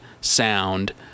sound